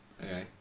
Okay